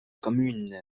commune